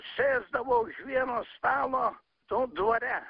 sėsdavo už vieno stalo to dvare